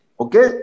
Okay